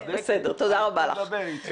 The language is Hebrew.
בסדר, תודה רבה לך.